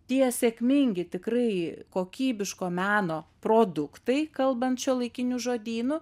tie sėkmingi tikrai kokybiško meno produktai kalbant šiuolaikiniu žodynu